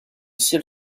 ciel